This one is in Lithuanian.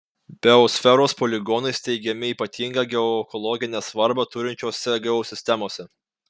biosferos poligonai steigiami ypatingą geoekologinę svarbą turinčiose geosistemose